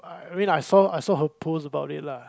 I mean I saw I saw her post about it lah